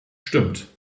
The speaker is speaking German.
stimmt